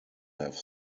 have